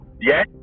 Yes